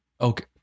Okay